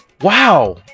Wow